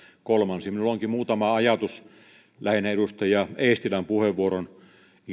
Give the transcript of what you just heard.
kolmansin minulla onkin muutama ajatus lähinnä ikään kuin edustaja eestilän puheenvuoron